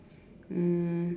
um